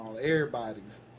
everybody's